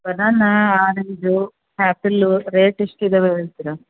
banana orange apple rate ಎಷ್ಟು ಇದಾವೆ ಹೇಳ್ತಿರಾ